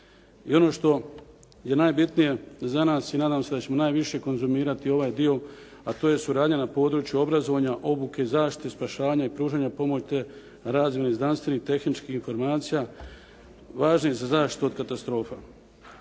I ono što je najbitnije za nas i nadam se da ćemo najviše konzumirati ovaj dio, a to je suradnja na području obrazovanja, obuke, zaštite, spašavanja i pružanja pomoći te razmjeni znanstvenih i tehničkih informacija važnih za zaštitu od katastrofa.